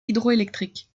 hydroélectrique